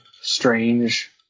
strange